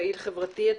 פעיל חברתי.